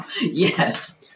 Yes